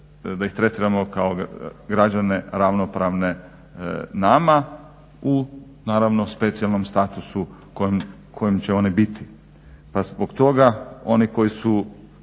da ih tretiramo kao građane ravnopravne nama u naravno specijalnom statusu u kojem će oni biti. Pa zbog toga oni koji su